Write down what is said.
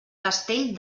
castell